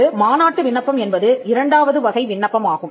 ஒரு மாநாட்டு விண்ணப்பம் என்பது இரண்டாவது வகை விண்ணப்பம் ஆகும்